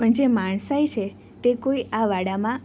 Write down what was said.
પણ જે માણસાઈ છે તે કોઈ આ વાડામાં